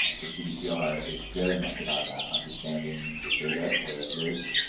ah so gdpr is very much about that understanding your data, where it lives,